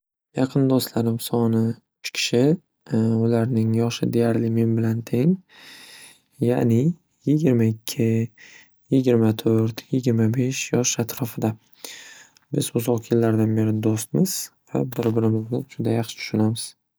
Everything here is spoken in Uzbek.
Yaqin do'stlarim soni uch kishi. Ularning yoshi deyarli men bilan teng, ya'ni yigirma ikki, yigirma to'rt, yigirma besh yosh atrofida. Biz uzoq yillardan beri do'stmiz va bir birimizni juda yaxshi tushunamiz.